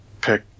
pick